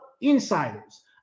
insiders